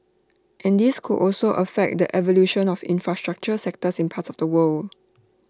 and this could also affect the evolution of infrastructure sectors in parts of the world